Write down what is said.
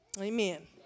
Amen